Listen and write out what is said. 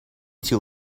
too